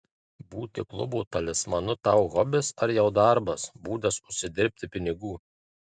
būti klubo talismanu tau hobis ar jau darbas būdas užsidirbti pinigų